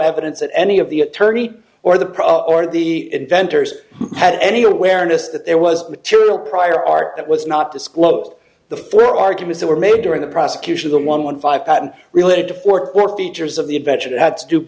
evidence that any of the attorney or the proper or the inventors had any awareness that there was material prior art that was not disclosed the four arguments that were made during the prosecution of the one one five patent related to fort worth features of the invention had stoop